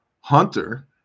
Hunter